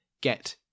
get